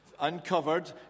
uncovered